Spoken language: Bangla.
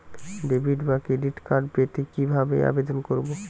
ডেবিট বা ক্রেডিট কার্ড পেতে কি ভাবে আবেদন করব?